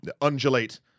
undulate